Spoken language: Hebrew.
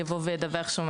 באמת ידווח על כך?